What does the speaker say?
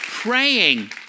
Praying